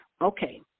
Okay